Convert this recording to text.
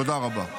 תודה רבה.